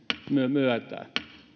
myötä